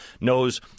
knows